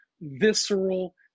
visceral